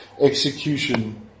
execution